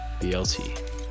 BLT